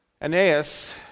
Aeneas